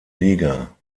liga